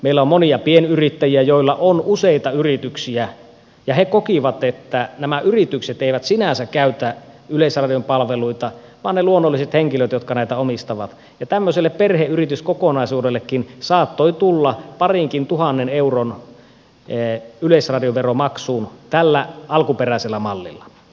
meillä on monia pienyrittäjiä joilla on useita yrityksiä ja he kokivat että nämä yritykset eivät sinänsä käytä yleisradion palveluita vaan ne luonnolliset henkilöt jotka näitä omistavat ja tämmöiselle perheyrityskokonaisuudellekin saattoi tulla parinkin tuhannen euron yleisradioveromaksu tällä alkuperäisellä mallilla